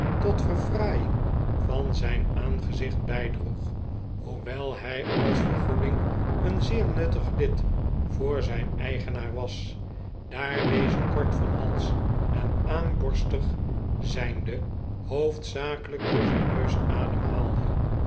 tot verfraaiing van zijn aangezicht bijdroeg hoewel hij als vergoeding een zeer nuttig lid voor zijn eigenaar was daar deze kort van hals en aamborstig zijnde hoofdzakelijk door zijn neus